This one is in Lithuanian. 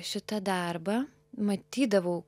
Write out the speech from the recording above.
šitą darbą matydavau